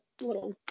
little